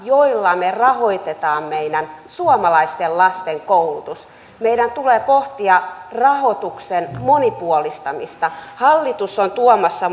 joilla me rahoitamme meidän suomalaisten lasten koulutuksen meidän tulee pohtia rahoituksen monipuolistamista hallitus on tuomassa